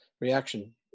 reaction